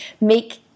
make